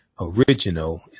original